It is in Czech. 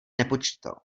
nepočítal